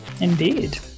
Indeed